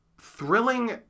thrilling